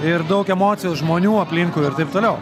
ir daug emocijų žmonių aplinkui ir taip toliau